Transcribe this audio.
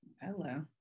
Hello